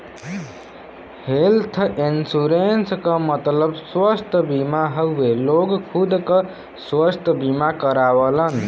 health insurance क मतलब स्वस्थ बीमा हउवे लोग खुद क स्वस्थ बीमा करावलन